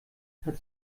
hat